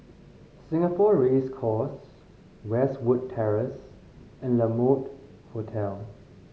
Singapore Race Course Westwood Terrace and La Mode Hotel